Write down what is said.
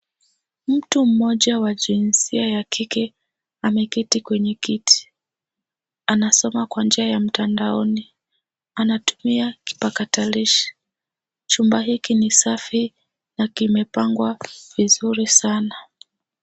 Mtu mmoja wa jinsia ya kike ameketi kwenye kiti. Anasoma kwa njia ya mtandaoni. Anatumia kipakatalishi. Chumba hiki ni safi na kimepangwa vizuri sana.